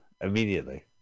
immediately